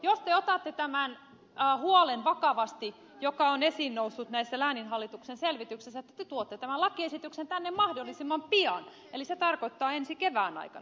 jos te otatte vakavasti tämän huolen joka on esiin noussut näissä lääninhallitusten selvityksissä te tuotte tämän lakiesityksen tänne mahdollisimman pian eli se tarkoittaa ensi kevään aikana